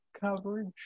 coverage